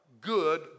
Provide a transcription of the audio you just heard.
good